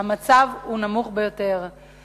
האחוז הוא נמוך ביותר,